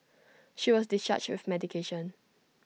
she was discharged with medication